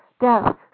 Death